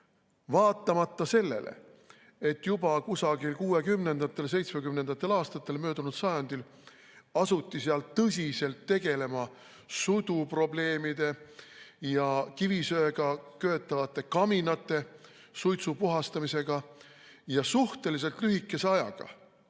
Vaatamata sellele, et juba kusagil 60.–70. aastatel möödunud sajandil asuti sealt tõsiselt tegelema suduprobleemide ja kivisöega köetavate kaminate suitsu puhastamisega ja suhteliselt lühikese ajaga,